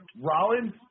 Rollins